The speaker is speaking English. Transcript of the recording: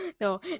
No